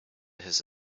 his